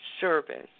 service